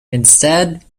instead